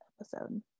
episode